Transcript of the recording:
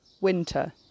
Winter